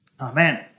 Amen